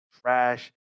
trash